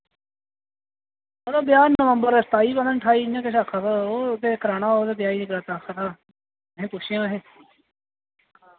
अड़ो ब्याह् नवंबर सताई पता निं ठाई इयां किश आखा दा हा ओह् ते कराना ओह्दे ब्याह् जगराता आखा दा अहें पुच्छेआं अहें